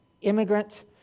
Immigrant